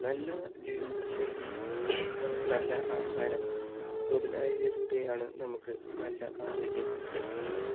നല്ല ജീവിത ശൈലി നല്ല ആഹാരം മുതലായവയിലൂടെയാണ് നമുക്ക് നല്ല ആരോഗ്യം ലഭിക്കുകയുള്ളു